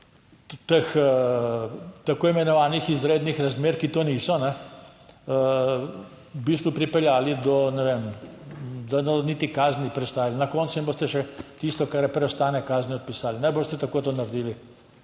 tako imenovanih izrednih razmer, ki to niso, v bistvu pripeljali do, ne vem, da ne bodo niti kazni prestajali, na koncu jim boste še tisto kar preostane kazni odpisali, ne boste tako to naredili,